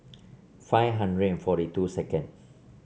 five hundred and forty two second